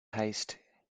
haste